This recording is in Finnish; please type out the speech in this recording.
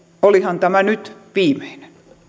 olihan tämä nyt viimeinen